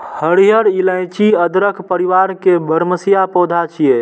हरियर इलाइची अदरक परिवार के बरमसिया पौधा छियै